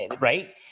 right